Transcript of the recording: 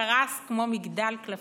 קרס כמו מגדל קלפים.